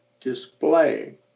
display